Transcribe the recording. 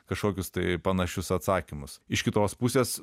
kažkokius tai panašius atsakymus iš kitos pusės